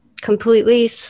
completely –